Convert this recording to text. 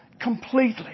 completely